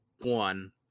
One